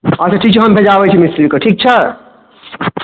अच्छा ठीक छै हम बजाबैत छी मिस्त्री कऽ ठीक छै